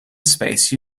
space